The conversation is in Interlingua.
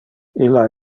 illa